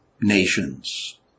nations